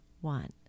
One